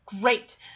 Great